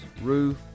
roof